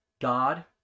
God